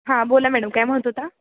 हां बोला मॅडम काय म्हणत होता